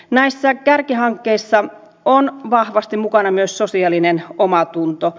näissä kärkihankkeissa on vahvasti mukana myös sosiaalinen omatunto